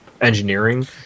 engineering